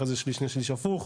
אחרי זה שליש/שני שליש הפוך,